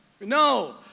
No